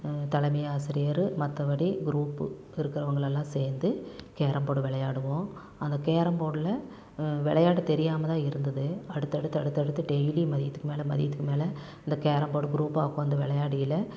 தலைமை ஆசிரியர் மற்றபடி குரூப் இருக்கிறவங்கலெல்லாம் சேர்ந்து கேரம் போர்டு விளையாடுவோம் அந்த கேரம் போர்டில் விளையாட தெரியாமல்தான் இருந்தது அடுத்தடுத்து அடுத்தடுத்து டெய்லி மதியத்துக்கு மேலே மதியத்துக்கு மேலே இந்த கேரம் போர்டு குரூப்பாக உக்காந்து விளையாடியில்